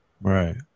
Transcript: Right